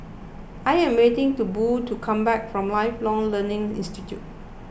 I am waiting for Bo to come back from Lifelong Learning Institute